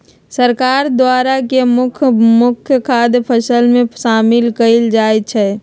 सरकार द्वारा के मुख्य मुख्य खाद्यान्न फसल में शामिल कएल जाइ छइ